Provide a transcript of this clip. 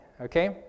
okay